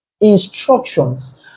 Instructions